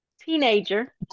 teenager